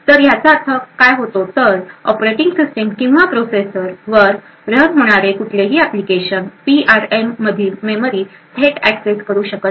तरी ह्याचा अर्थ काय होतो तर ऑपरेटिंग सिस्टिम किंवा प्रोसेसर वर रन होणारे होणारे कुठलेही ऍप्लिकेशन पीआरएम मधील मेमरी थेट एक्सेस करू शकत नाही